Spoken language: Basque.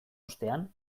ostean